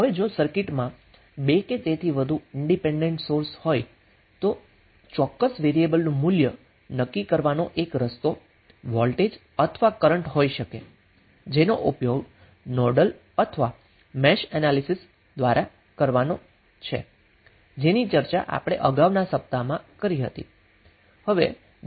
હવે જો સર્કિટમાં 2 કે તેથી વધુ ઇન્ડિપેન્ડન્ટ સોર્સ હોય તો ચોક્કસ વેરીએબલ નું મૂલ્ય નક્કી કરવાનો એક રસ્તો વોલ્ટેજ અથવા કરન્ટ હોઈ શકે જેનો ઉપયોગ નોડલ અથવા મેશ એનાલીસીસમાં કરવાનો છે જેની ચર્ચા આપણે અગાઉના સપ્તાહમાં કરી હતી